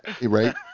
right